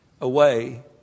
away